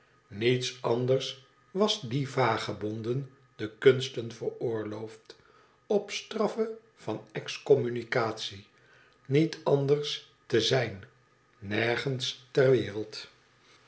niets anders was dien vagebonden de kunsten veroorloofd op straffe van excommunicatie niets anders te zijn nergens ter wereld